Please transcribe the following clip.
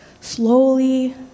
Slowly